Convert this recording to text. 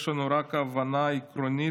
יש לנו רק הבנה עקרונית